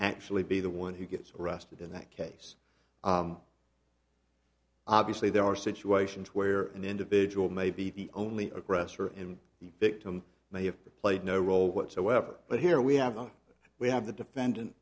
actually be the one who gets arrested in that case obviously there are situations where an individual may be the only aggressor in the victim may have played no role whatsoever but here we have a we have the defendant